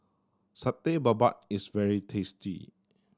Satay Babat is very tasty